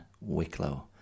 Wicklow